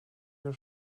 uur